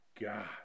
God